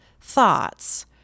thoughts